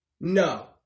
No